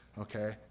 okay